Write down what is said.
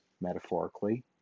metaphorically